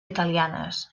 italianes